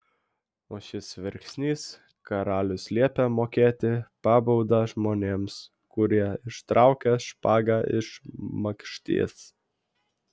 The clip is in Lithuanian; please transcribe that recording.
o šis verksnys karalius liepia mokėti pabaudą žmonėms kurie ištraukia špagą iš makšties